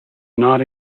not